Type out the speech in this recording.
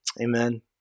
Amen